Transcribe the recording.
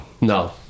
No